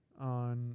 on